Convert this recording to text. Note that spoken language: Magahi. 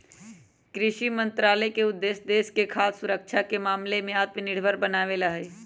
कृषि मंत्रालय के उद्देश्य देश के खाद्य सुरक्षा के मामला में आत्मनिर्भर बनावे ला हई